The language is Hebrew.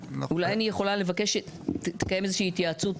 אולי אני יכולה לבקש שתקיים איזושהי התייעצות,